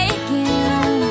again